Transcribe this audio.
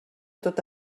tot